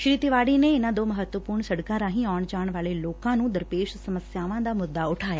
ਸੀ ਤਿਵਾਤੀ ਨੇ ਇਨਾਂ ਦੋ ਮਹੱਤਵਪੁਰਨ ਸਤਕਾਂ ਰਾਹੀ ਆਉਣ ਜਾਣ ਵਾਲੇ ਲੋਕਾਂ ਨੰ ਦਰਪੇਸ਼ ਸਮੱਸਿਆ ਦਾ ਮੱਦਾ ਉਠਾਇਆ ਸੀ